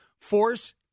Force